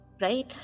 right